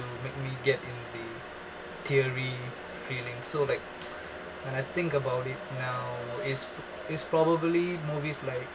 make me get in the teary feeling so like when I think about it now it's it's probably movies like